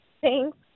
Thanks